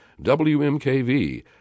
WMKV